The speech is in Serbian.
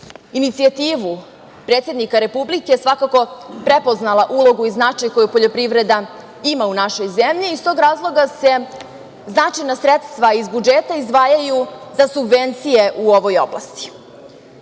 inicijativu predsednika Republike svakako prepoznala ulogu i značaj koju poljoprivreda ima u našoj zemlji. Iz tog razloga se značajna sredstva iz budžeta izdvajaju za subvencije u ovoj